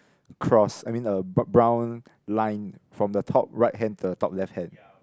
cross I mean a bro~ brown line from the top right hand to the top left hand